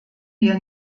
wir